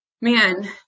man